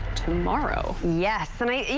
tomorrow. yes, and i